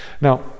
Now